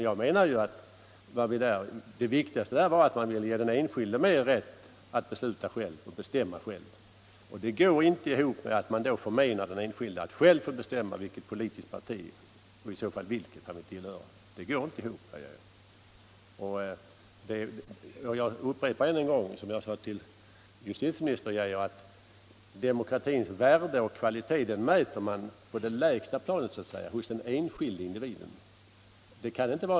Jag menar att det viktigaste där var att man ger den enskilda människan rätt i ökad utsträckning att besluta själv, och det går inte ihop med att man sedan förmenar den enskilde rätten att själv bestämma vilket parti han vill tillhöra. Jag upprepar vad jag sade till justitieminister Geijer, att demokratins värde och kvalitet mäter man på det lägsta planet, hos den enskilde individen.